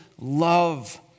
love